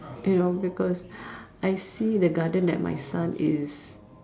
you know because I see the garden that my son is